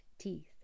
teeth